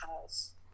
house